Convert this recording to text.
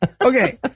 Okay